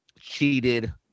cheated